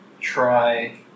try